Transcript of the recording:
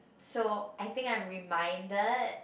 so I think I'm reminded